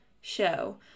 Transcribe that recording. show